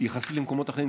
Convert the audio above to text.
יחסית למקומות אחרים,